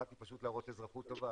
אחת היא פשוט להראות אזרחות טובה,